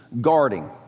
guarding